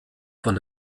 von